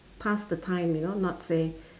pass the time you know not say